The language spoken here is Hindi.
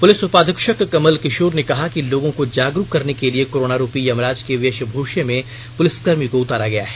पुलिस उपाधीक्षक कमल किशोर ने कहा कि लोगों को जागरूक करने के लिए कोरोना रुपी यमराज के वेशभूषे में पुलिसकर्मी को उतारा गया है